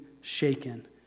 shaken